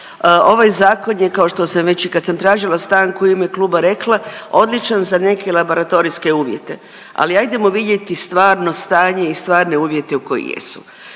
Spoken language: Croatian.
ovaj Zakon je, kao što sam već i kad sam tražila stanku u ime kluba rekla, odličan za neke laboratorijske uvjete, ali ajdemo vidjeti stvarno stanje i stvarne uvjete koji jesu.